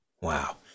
Wow